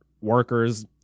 workers